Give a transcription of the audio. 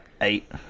eight